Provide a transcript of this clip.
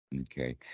Okay